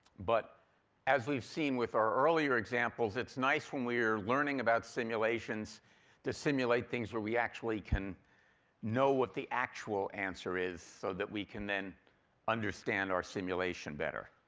but as we've seen with our earlier examples, it's nice when we're learning about simulations to simulate things where we actually can know what the actual answer is so that we can then understand our simulation better.